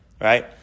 right